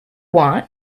want